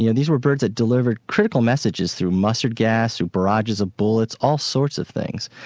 you know these were birds that delivered critical messages through mustard gas, through barrages of bullets all sorts of things.